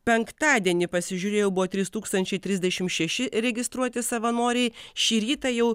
penktadienį pasižiūrėjau buvo trys tūkstančiai trisdešim šeši registruoti savanoriai šį rytą jau